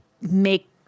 make